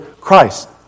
Christ